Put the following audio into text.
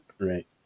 Right